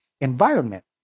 environment